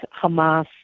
Hamas